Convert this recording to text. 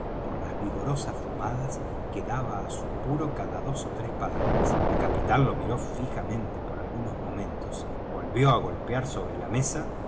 por las vigorosas fumadas que daba á su puro cada dos ó tres palabras el capitán lo miró fijamente por algunos momentos volvió á golpear sobre la mesa